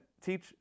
teach